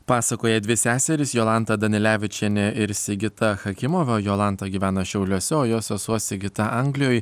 pasakoja dvi seserys jolanta danilevičienė ir sigita chakimova jolanta gyvena šiauliuose o jos sesuo sigita anglijoj